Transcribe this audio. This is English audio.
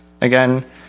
again